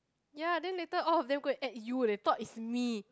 ya then later all of them go and add you they thought is me